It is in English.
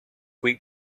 week